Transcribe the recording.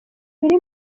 biri